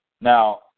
Now